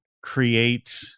create